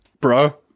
Bro